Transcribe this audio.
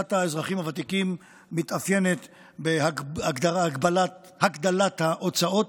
אוכלוסיית האזרחים הוותיקים מתאפיינת בהגדלת ההוצאות,